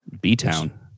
B-town